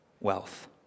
wealth